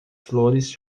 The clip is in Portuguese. flores